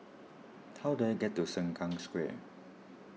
how do I get to Sengkang Square